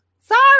Sorry